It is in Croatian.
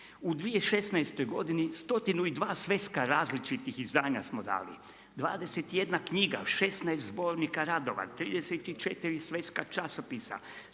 U 2016. godini 102 sveska različitih izdanja smo dali, 21 knjiga, 16 zbornika radova, 34 sveska časopisa